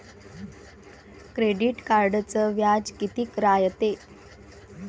Credit कार्डचं व्याज कितीक रायते?